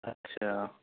اچھا